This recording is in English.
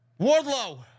Wardlow